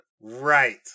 Right